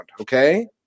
Okay